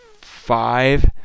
five